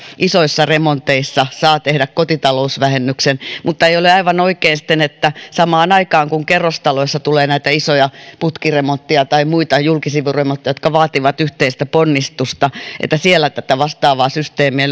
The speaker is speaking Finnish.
isoissa remonteissa saa tehdä kotitalousvähennyksen mutta ei ole aivan oikein sitten että samaan aikaan kun kerrostaloissa tulee näitä isoja putkiremontteja julkisivuremontteja tai muita jotka vaativat yhteistä ponnistusta siellä tätä vastaavaa systeemiä